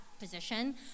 position